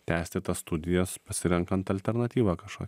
tęsti tas studijas pasirenkant alternatyvą kažkok